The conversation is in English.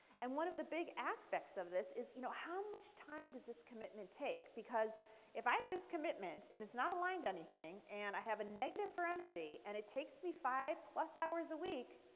and one of the big aspects of this is you know how much time does this commitment take? because if i have this commitment and it's not aligned to anything and i have a negative for energy and it takes be five plus hours a week,